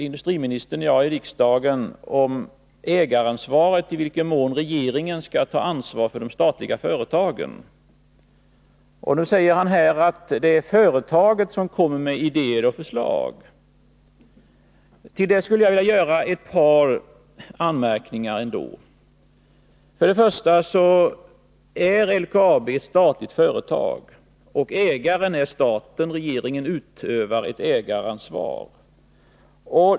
Industriministern och jag har tidigare här i riksdagen diskuterat i vilken mån regeringen skall ta ansvar för de statliga företagen. Han säger nu att det är företaget som kommer med idéer och förslag. Till det vill jag göra ett par anmärkningar. För det första är LKAB ett statligt företag och ägaren är staten. Regeringen utövar ett ägaransvar.